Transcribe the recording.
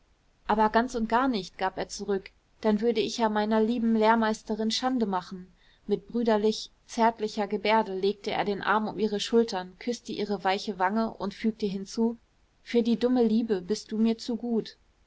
aber ganz und gar nicht gab er zurück dann würde ich ja meiner lieben lehrmeisterin schande machen mit brüderlich zärtlicher gebärde legte er den arm um ihre schultern küßte ihre weiche wange und fügte hinzu für die dumme liebe bist du mir zu gut